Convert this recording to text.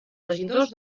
regidors